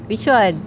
which one